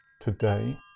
Today